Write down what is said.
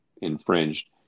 infringed